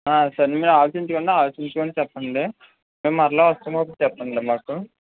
సరేనండి మీరు ఆలోచించుకోండి ఆలోచించుకుని చెప్పండి మేము మరల వస్తాం అప్పుడు చెప్పండి మాకు